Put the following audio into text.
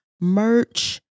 merch